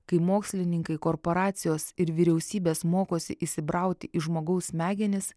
kai mokslininkai korporacijos ir vyriausybės mokosi įsibrauti į žmogaus smegenis